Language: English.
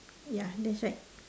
ya that's right